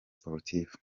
sportifs